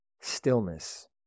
stillness